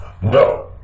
No